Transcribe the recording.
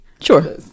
Sure